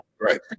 Right